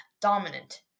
dominant